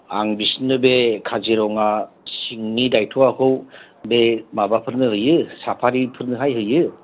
आं बिसोरनो बे काजिरङा सिंनि दायथ'खौ बे माबाफोरनो होयो साफारिफोरनोहाय होयो